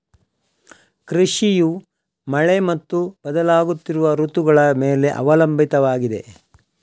ಕೃಷಿಯು ಮಳೆ ಮತ್ತು ಬದಲಾಗುತ್ತಿರುವ ಋತುಗಳ ಮೇಲೆ ಅವಲಂಬಿತವಾಗಿದೆ